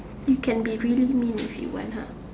can be really mean if you want ah